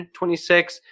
26